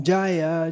Jaya